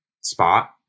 spot